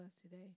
today